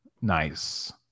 Nice